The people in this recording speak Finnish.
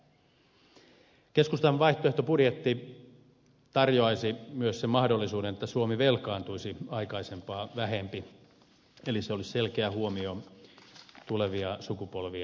keskustan vaihtoehtobudjetti tarjoaisi myös sen mahdollisuuden että suomi velkaantuisi aikaisempaa vähempi eli se olisi selkeä huomio tulevia sukupolvia ajatellen